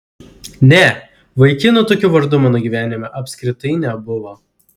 ne vaikinų tokiu vardu mano gyvenime apskritai nebuvo